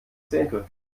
zehntel